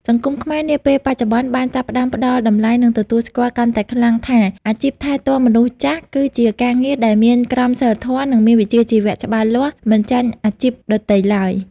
សង្គមខ្មែរនាពេលបច្ចុប្បន្នបានចាប់ផ្តើមផ្តល់តម្លៃ និងទទួលស្គាល់កាន់តែខ្លាំងថា អាជីពថែទាំមនុស្សចាស់គឺជាការងារដែលមានក្រមសីលធម៌ និងមានវិជ្ជាជីវៈច្បាស់លាស់មិនចាញ់អាជីពដទៃឡើយ។